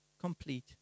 complete